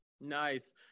nice